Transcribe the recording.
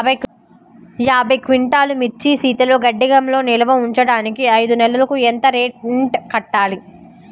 యాభై క్వింటాల్లు మిర్చి శీతల గిడ్డంగిలో నిల్వ ఉంచటానికి ఐదు నెలలకి ఎంత రెంట్ కట్టాలి?